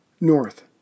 north